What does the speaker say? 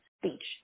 speech